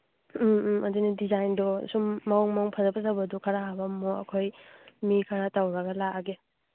ꯎꯝ ꯎꯝ ꯑꯗꯨꯅꯤ ꯗꯤꯖꯥꯏꯟꯗꯣ ꯁꯨꯝ ꯃꯑꯣꯡ ꯃꯑꯣꯡ ꯐꯖ ꯐꯖꯕꯗꯣ ꯈꯔ ꯍꯥꯞꯄꯝꯃꯣ ꯑꯩꯈꯣꯏ ꯃꯤ ꯈꯔ ꯇꯧꯔꯒ ꯂꯥꯛꯑꯒꯦ